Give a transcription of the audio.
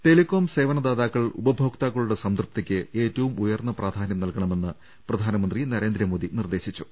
telecom സേവനദാതാക്കൾ ഉപഭോക്താക്കളുടെ സംതൃപ്തിക്ക് ഏറ്റവും ഉയർന്ന പ്രാധാനൃം നൽകണമെന്ന് പ്രപ്ധാനമന്ത്രി നരേന്ദ്രമോദി നിർദേശിച്ചു